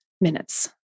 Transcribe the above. minutes